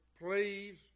please